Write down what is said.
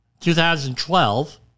2012